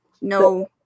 no